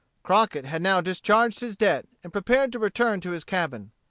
crockett had now discharged his debt, and prepared to return to his cabin.